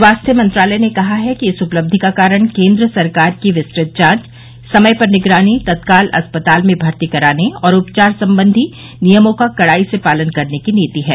स्वास्थ्य मंत्रालय ने कहा है कि इस उपलब्धि का कारण केन्द्र सरकार की विस्तृत जांच समय पर निगरानी तत्काल अस्पताल में भर्ती कराने और उपचार संबंधी नियमों का कड़ाई से पालन करने की नीति है